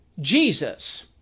Jesus